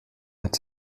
hat